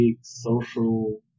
social